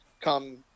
come